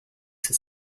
ses